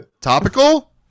Topical